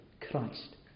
Christ